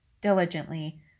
diligently